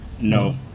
No